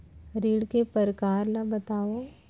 ऋण के परकार ल बतावव?